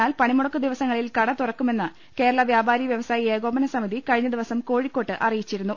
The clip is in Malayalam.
എന്നാൽ പണിമുടക്കുദിവസങ്ങളിൽ കട തുറക്കുമെ ന്ന് കേരള വ്യാപാരി വ്യവസായി ഏകോപനസമിതി കഴിഞ്ഞദിവസം കോഴിക്കോട്ട് അറിയിച്ചിരുന്നു